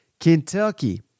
Kentucky